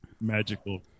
magical